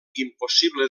impossible